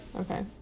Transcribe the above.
Okay